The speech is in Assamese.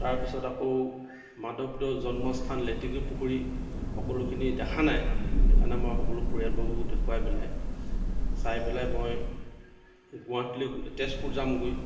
তাৰপিছত আকৌ মাধৱদেৱৰ জন্মস্থান লেটেকু পুখুৰীৰ সকলোখিনি দেখা নাই সেইকাৰণে মই সকলো পৰিয়ালবৰ্গকো দেখুৱাই পেলাই চাই পেলাই মই গুৱাহাটীলৈ তেজপুৰ যামগৈ